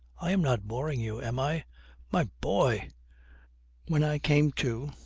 i am not boring you, am i my boy when i came to,